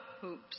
hoops